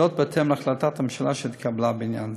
בהתאם להחלטת הממשלה שהתקבלה בעניין זה.